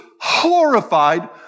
horrified